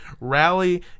rally